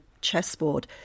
chessboard